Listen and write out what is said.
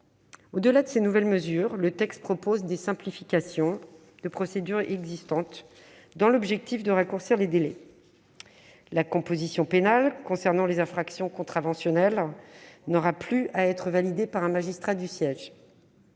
Outre ces nouvelles mesures, le texte prévoit des simplifications de procédures existantes dans l'objectif de raccourcir les délais. La composition pénale pour les infractions contraventionnelles ne devra plus être validée par un magistrat du siège,